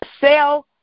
sell